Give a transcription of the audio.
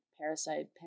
parasite